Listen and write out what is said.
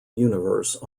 universe